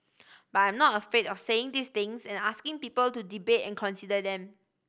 but I'm not afraid of saying these things and asking people to debate and consider them